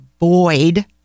void